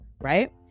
right